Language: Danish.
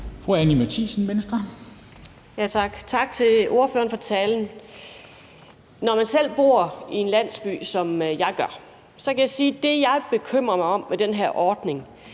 Anni Matthiesen (V): Tak. Tak til ordføreren for talen. Da jeg bor i en landsby, kan jeg sige, at det, jeg bekymrer mig om ved den her ordning,